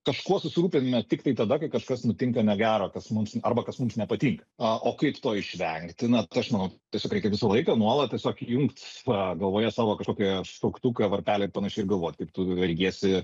kažkuo susirūpiname tiktai tada kai kažkas nutinka negero kas mums arba kas mums nepatinka o kaip to išvengti na tai aš manau tiesiog reikia visą laiką nuolat tiesiog įjungt galvoje savo kažkokį suktuką varpelį ir panašiai ir galvot kaip tu elgiesi